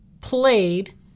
played